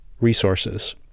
resources